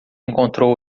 encontrou